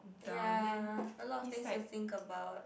ya a lot of things to think about